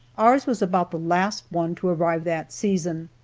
ours was about the last one to arrive that season.